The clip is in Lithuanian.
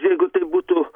jeigu tik būtų